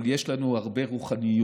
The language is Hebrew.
אבל יש לנו הרבה רוחניות.